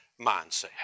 mindset